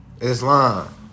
Islam